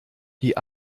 die